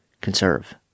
conserve